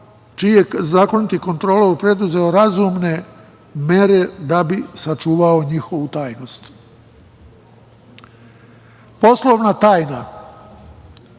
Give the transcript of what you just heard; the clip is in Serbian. je zakoniti kontrolor preduzeo razumne mere da bi sačuvao njihovu tajnost. Poslovna tajna